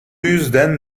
yüzden